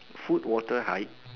food water hike